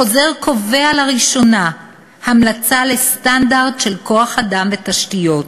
החוזר קובע לראשונה המלצה לסטנדרט של כוח-אדם ותשתיות.